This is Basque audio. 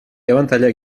abantailak